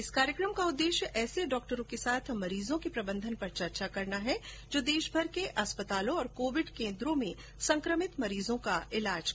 इस कार्यक्रम का उद्देश्य ऐसे डॉक्टरो के साथ मरीजों के प्रबंधन पर चर्चा करना है जो देशभर के अस्पतालों और कोविड केन्द्रों में संक्रमित मरीजों का उपचार कर रहे हैं